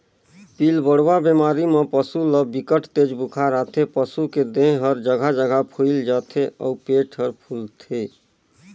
पिलबढ़वा बेमारी म पसू ल बिकट तेज बुखार आथे, पसू के देह हर जघा जघा फुईल जाथे अउ पेट हर फूलथे